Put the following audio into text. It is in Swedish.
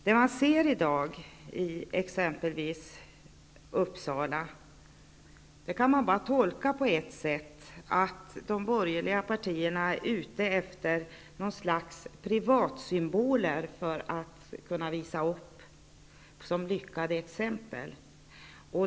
Det man ser i dag i exempelvis Uppsala kan man bara tolka på ett sätt, nämligen att de borgerliga partierna är ute efter något slags privatsymboler att visa upp som lyckade exempel.